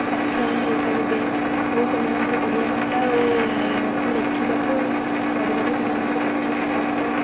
ସକ୍ଷମ ହୋଇପାରିବେ ଓ ସେମାନଙ୍କର ଓଡ଼ିଆ ଭାଷା ଓ କୁ ଲେଖିବାକୁ ପଢ଼ିବାକୁ ସେମାନଙ୍କର ଇଚ୍ଛା ପ୍ରକାଶିତ